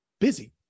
busy